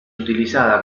utilizada